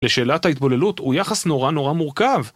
לשאלת ההתבוללות, הוא יחס נורא נורא מורכב